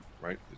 right